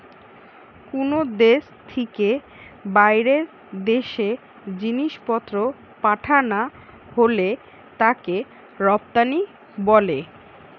কুনো দেশ থিকে বাইরের দেশে জিনিসপত্র পাঠানা হলে তাকে রপ্তানি বলে